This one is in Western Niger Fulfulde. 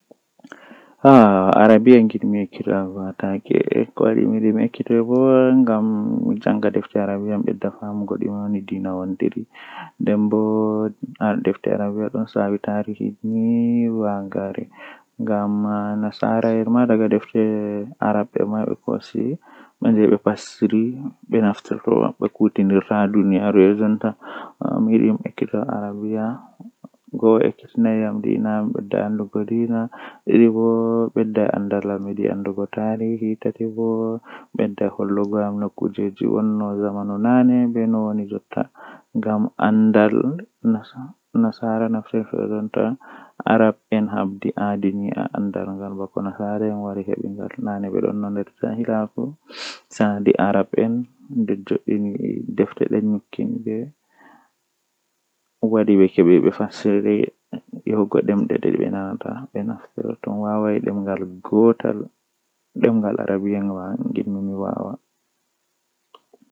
Haa ɗo kam ndikka mi mara wakkati ɗuɗɗum ngam duuɓi am jotta to asendi tovi mi ɓedda ɗuuɓi miɗo mari duuɓi seɗɗa to avi mi lornita irin duuɓi man mi neeɓan seɗɗa amma ceede mi mari man ngam Wala ko wannata mi